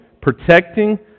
protecting